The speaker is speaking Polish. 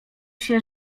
się